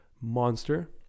monster